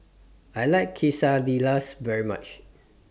I like Quesadillas very much